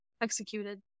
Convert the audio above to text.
executed